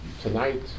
tonight